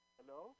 Hello